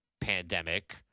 pandemic